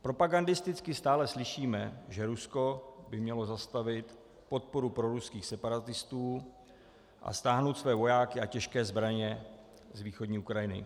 Propagandisticky stále slyšíme, že Rusko by mělo zastavit podporu proruských separatistů a stáhnout své vojáky a těžké zbraně z východní Ukrajiny.